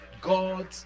God